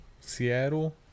Seattle